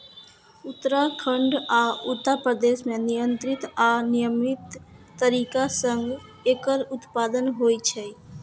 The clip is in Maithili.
उत्तराखंड आ उत्तर प्रदेश मे नियंत्रित आ विनियमित तरीका सं एकर उत्पादन होइ छै